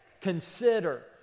consider